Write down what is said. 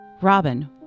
Robin